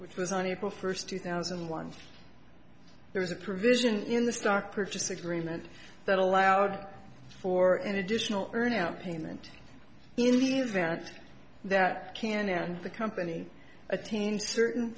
which was on april first two thousand and one there was a provision in the stock purchase agreement that allowed for an additional earn out payment in the event that can and the company attained certain